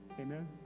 Amen